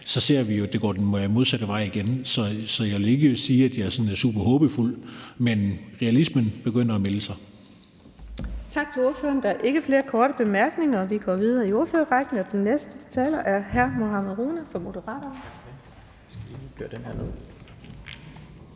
så ser vi jo, at det går den modsatte vej igen. Så jeg vil ikke sige, at jeg er sådan super håbefuld, men realismen begynder at melde sig. Kl. 15:46 Den fg. formand (Birgitte Vind): Tak til ordføreren. Der er ikke flere korte bemærkninger. Vi går videre i ordførerrækken, og den næste taler er hr. Mohammad Rona fra Moderaterne.